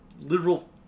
literal